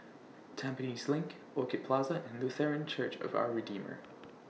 Tampines LINK Orchid Plaza and Lutheran Church of Our Redeemer